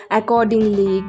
accordingly